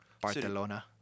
Barcelona